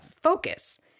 focus